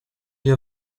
your